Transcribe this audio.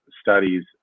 studies